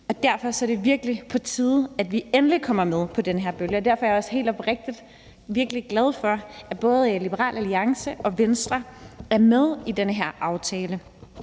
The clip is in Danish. Derfor er det virkelig på tide, at vi endelig kommer med på den her bølge, og derfor er jeg også helt oprigtigt virkelig glad for, at både Liberal Alliance og Venstre er med i den her aftale.